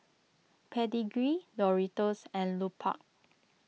Pedigree Doritos and Lupark